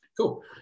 Cool